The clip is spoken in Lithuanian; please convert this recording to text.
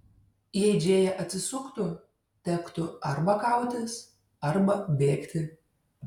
jei džėja atsisuktų tektų arba kautis arba bėgti